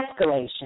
escalation